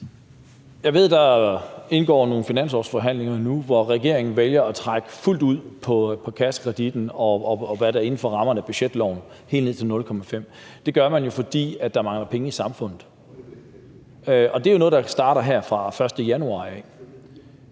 Jeg ved, der foregår nogle finanslovsforhandlinger nu, hvor regeringen vælger at trække fuldt ud på kassekreditten, og hvad der er inden for rammerne af budgetloven, helt ned til 0,5. Det gør man jo, fordi der mangler penge i samfundet. Det er jo noget, der starter her fra den 1. januar